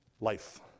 life